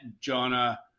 Jonah